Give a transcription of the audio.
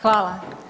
Hvala.